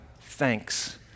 thanks